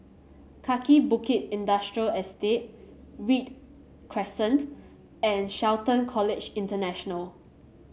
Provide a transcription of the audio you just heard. Kaki Bukit Industrial Estate Read Crescent and Shelton College International